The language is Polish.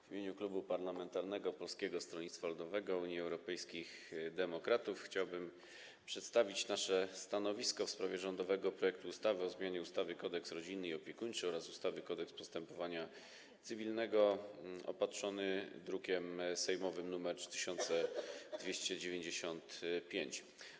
W imieniu klubu parlamentarnego Polskiego Stronnictwa Ludowego - Unii Europejskich Demokratów chciałbym przedstawić nasze stanowisko w sprawie rządowego projektu ustawy o zmianie ustawy Kodeks rodzinny i opiekuńczy oraz ustawy Kodeks postępowania cywilnego zawartego w druku sejmowym nr 3295.